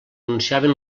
anunciaven